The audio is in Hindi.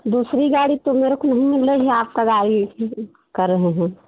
दूसरी गाड़ी तो मेरे को नहीं मिल रही है आपकइ गाड़ी कर रहे हैँ